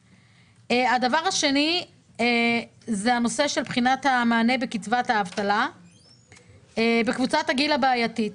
הדבר השני זה הנושא של בחינת המענק בקצבת האבטלה בקבוצת הגיל הבעייתית.